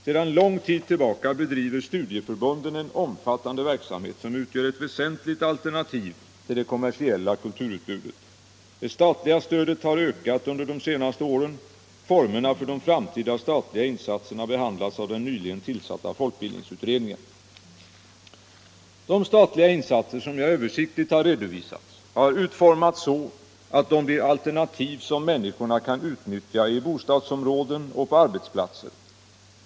Sedan lång tid tillbaka bedriver studieförbunden en omfattande verksamhet som utgör ett väsentligt alternativ till det kommersiella kulturutbudet. Det statliga stödet har ökat under de senaste åren. Formerna för de framtida statliga insatserna behandlas av den nyligen tillsatta folkbildningsutredningen. De statliga insatser som jag översiktligt har redovisat har utformats så att de blir alternativ som människorna kan utnyttja i bostadsområden och på arbetsplatser.